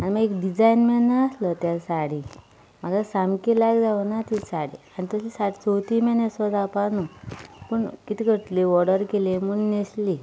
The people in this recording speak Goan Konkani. मागीर एक डिजायन म्हणल्यार नाशिल्लो त्या साडयेक म्हाका सामकी लायक जावंक ना ती साडी आनी तसली साडी चवथीक म्हणल्यार न्हेसूंक जावपाची न्हय पूण कितें करतली ऑर्डर केलें म्हूण न्हेसलीं